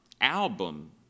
album